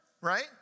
right